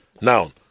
Now